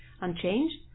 unchanged